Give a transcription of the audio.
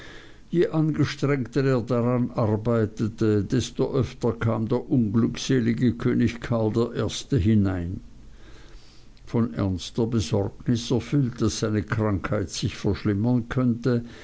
je angestrengter er daran arbeitete desto öfter kam der unglückselige könig karl i hinein von ernster besorgnis erfüllt daß seine krankheit sich verschlimmern könnte